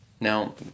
Now